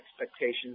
expectations